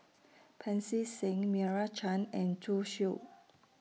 Pancy Seng Meira Chand and Zhu Xu